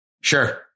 sure